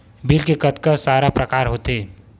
Bill के कतका सारा प्रकार होथे?